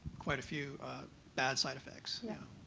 quite a few bad side effects. yeah.